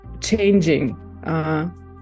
changing